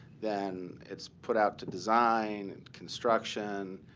then it's put out to design and construction,